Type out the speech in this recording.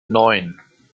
neun